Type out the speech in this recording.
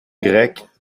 grecque